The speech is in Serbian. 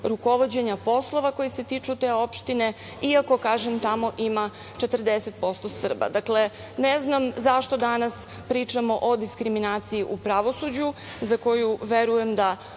rukovođenja poslova koji se tiču te opštine, iako tamo ima 40% Srba. Dakle, ne znam zašto danas pričamo o diskriminaciji u pravosuđe za koju verujem da